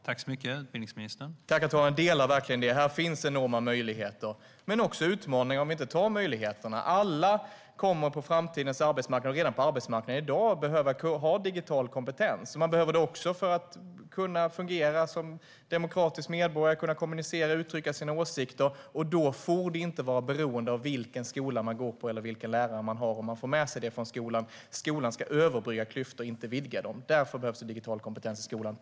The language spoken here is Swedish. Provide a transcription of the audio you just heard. Herr talman! Jag instämmer verkligen i det. Här finns enorma möjligheter men också utmaningar ifall vi inte tar vara på möjligheterna. Alla kommer att behöva ha digital kompetens på framtidens arbetsmarknad, faktiskt på arbetsmarknaden redan i dag. Man behöver det också för att kunna fungera som demokratisk medborgare och för att kunna kommunicera och uttrycka sina åsikter. Det får inte bero på vilken skola man går på eller vilken lärare man har om man ska få det med sig från skolan. Skolan ska överbrygga klyftor, inte vidga dem. Därför behövs digital kompetens i skolan.